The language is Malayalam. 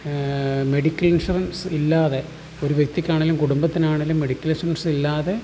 മെഡിക്കൽ ഇൻഷുറൻസ് ഇല്ലാതെ ഒരു വ്യക്തിക്കാണെങ്കിലും കുടുംബത്തിനാണെങ്കിലും മെഡിക്കൽ ഇൻഷുറൻസ് ഇല്ലാതെ